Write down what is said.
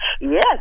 Yes